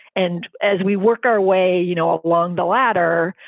and as we work our way, you know, along the ladder,